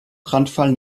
brandfall